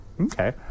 okay